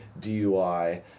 DUI